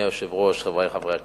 אדוני היושב-ראש, חברי חברי הכנסת,